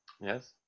Yes